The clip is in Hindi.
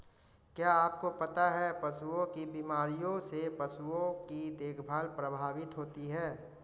क्या आपको पता है पशुओं की बीमारियों से पशुओं की देखभाल प्रभावित होती है?